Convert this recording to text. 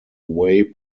way